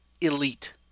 elite